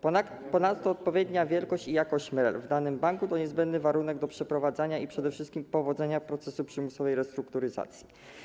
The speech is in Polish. Ponadto odpowiednia wielkość i jakość MREL w danym banku to niezbędny warunek do przeprowadzania i przede wszystkim powodzenia procesu przymusowej restrukturyzacji.